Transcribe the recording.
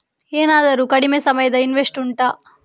ಏನಾದರೂ ಕಡಿಮೆ ಸಮಯದ ಇನ್ವೆಸ್ಟ್ ಉಂಟಾ